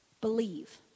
Believe